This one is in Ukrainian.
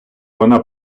вона